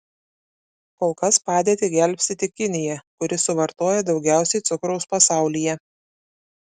kol kas padėtį gelbsti tik kinija kuri suvartoja daugiausiai cukraus pasaulyje